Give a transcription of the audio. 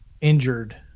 injured